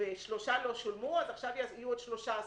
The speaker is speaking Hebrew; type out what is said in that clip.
ושלושה לא שולמו אז עכשיו יהיו עוד 13 תשלומים.